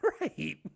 Right